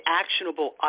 actionable